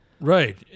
Right